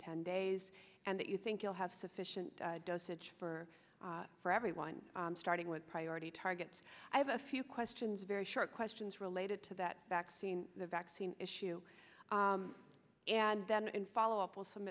ten days and that you think you'll have sufficient dosage for for everyone starting with priority targets i have a few questions very short questions related to that vaccine the vaccine issue and then in follow up wi